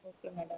okay madam